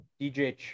DJ